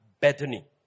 Bethany